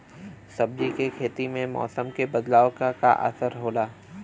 सब्जी के खेती में मौसम के बदलाव क का असर होला?